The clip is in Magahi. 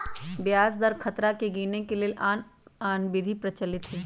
ब्याज दर खतरा के गिनेए के लेल आन आन विधि प्रचलित हइ